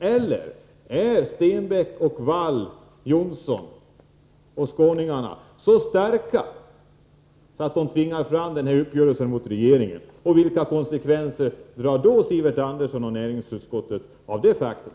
Eller är Stenbeck, Wall, Johnson och Skåningarna så starka att de tvingat fram den här uppgörelsen med regeringen? Vilka konsekvenser drar Sivert Andersson och näringsutskottet i så fall av detta faktum?